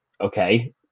Okay